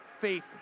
faith